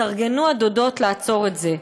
התארגנו הדודות לעצור את זה,